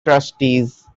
trustees